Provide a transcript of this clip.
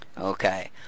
Okay